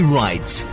rights